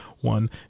one